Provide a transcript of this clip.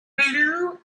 blue